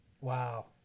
Wow